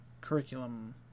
curriculum